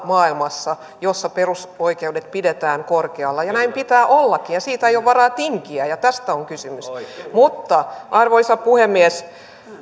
maailmassa niitä kärkimaita joissa perusoikeudet pidetään korkealla ja näin pitää ollakin ja siitä ei ole varaa tinkiä tästä on kysymys mutta arvoisa puhemies